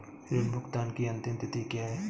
ऋण भुगतान की अंतिम तिथि क्या है?